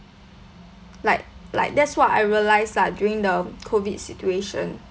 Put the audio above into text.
like like that's what I realised lah during the COVID situation